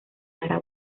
lara